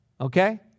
Okay